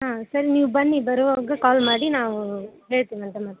ಹಾಂ ಸರಿ ನೀವು ಬನ್ನಿ ಬರೋವಾಗ ಕಾಲ್ ಮಾಡಿ ನಾವು ಹೇಳ್ತಿನಂತೆ ಮತ್ತೆ